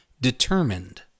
Determined